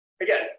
again